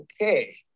Okay